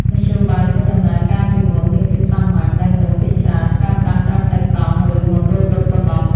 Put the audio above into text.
មធ្យោបាយធ្វើដំណើរកាលពីមុនមានភាពសាមញ្ញដោយមនុស្សភាគច្រើនប្រើប្រាស់ត្រឹមតែកង់ ឬម៉ូតូឌុបប៉ុណ្ណោះ។